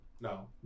No